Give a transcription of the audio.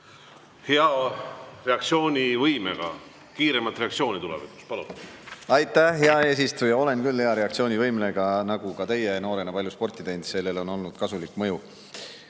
hea reaktsioonivõimega, kiiremat reaktsiooni tulevikus! Palun! Hea eesistuja! Olen küll hea reaktsioonivõimega, nagu ka teie noorena palju sporti teinud, sellel on olnud kasulik mõju.